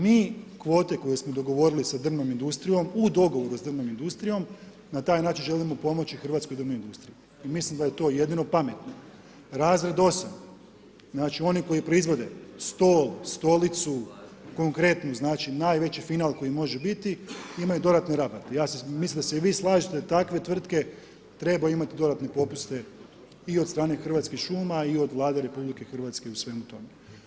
Mi kvote koje smo dogovorili s drvnom industrijo, u dogovoru s drvnom industrijom na taj način želimo pomoći hrvatskoj drvnoj industriji, mislim da je to jedino pametno, razred 8 , znači koji proizvode stol, stolicu konkretno, znači najveći final koji može biti imaju dodatne rabate, ja se, mislim da se i vi slažete takve tvrtke trebaju imati dodatne popuste i od strane Hrvatskih šuma i od Vlade RH u svemu tome.